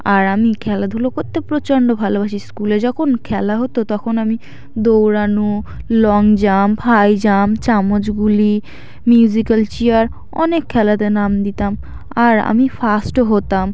আর আমি খেলাধুলো করতে প্রচণ্ড ভালোবাসি স্কুলে যখন খেলা হতো তখন আমি দৌড়ানো লং জাম্প হাই জাম্প চামচ গুলি মিউজিক্যাল চেয়ার অনেক খেলাতে নাম দিতাম আর আমি ফার্স্টও হতাম